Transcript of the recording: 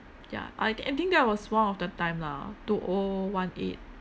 ya I thi~ think that was one of the time lah two O one eight